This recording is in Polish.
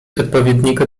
odpowiedniego